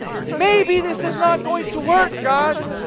maybe this is not going to work. god,